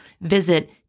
Visit